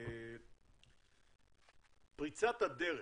פריצת דרך